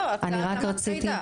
לא, את רק אמרת ג'ידא.